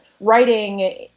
writing